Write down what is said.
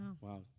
Wow